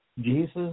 Jesus